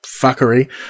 fuckery